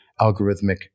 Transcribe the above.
algorithmic